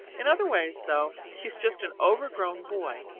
in other ways, though, he's just an overgrown boy,